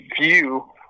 view